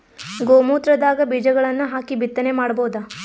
ಗೋ ಮೂತ್ರದಾಗ ಬೀಜಗಳನ್ನು ಹಾಕಿ ಬಿತ್ತನೆ ಮಾಡಬೋದ?